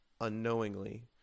unknowingly